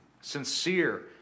Sincere